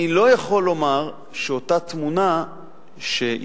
אני לא יכול לומר שאותה תמונה שהתחלנו